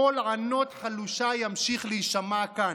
קול ענות חלושה ימשיך להישמע כאן.